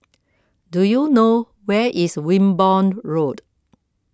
do you know where is Wimborne Road